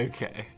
Okay